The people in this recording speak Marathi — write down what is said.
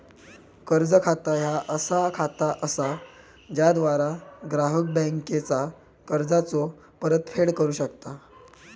कर्ज खाता ह्या असा खाता असा ज्याद्वारा ग्राहक बँकेचा कर्जाचो परतफेड करू शकता